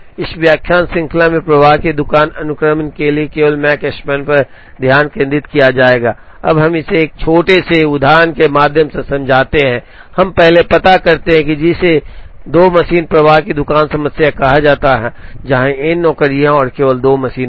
इस व्याख्यान श्रृंखला में प्रवाह की दुकान अनुक्रमण के लिए केवल मकस्पैन पर ध्यान केंद्रित किया जाएगा अब हम इसे एक छोटे से उदाहरण के माध्यम से समझाते हैं हम पहले पता करते हैं जिसे 2 मशीन प्रवाह की दुकान समस्या कहा जाता है जहां एन नौकरियां हैं और केवल 2 मशीनें हैं